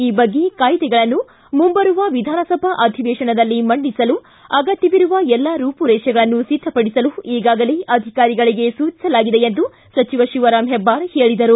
ಈ ಬಗ್ಗೆ ಕಾಯಿದೆಗಳನ್ನು ಮುಂಬರುವ ವಿಧಾನಸಭಾ ಅಧಿವೇಶನದಲ್ಲಿ ಮಂಡಿಸಲು ಅಗತ್ಯವಿರುವ ಎಲ್ಲಾ ರೂಪುರೇಷೆಗಳನ್ನು ಸಿದ್ದಪಡಿಸಲು ಈಗಾಗಲೇ ಅಧಿಕಾರಿಗಳಿಗೆ ಸೂಚಿಸಲಾಗಿದೆ ಎಂದು ಸಚಿವ ಶಿವರಾಮ್ ಹೆಬ್ಬಾರ್ ಹೇಳಿದರು